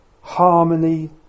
harmony